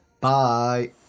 Bye